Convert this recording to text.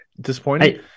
disappointing